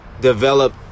develop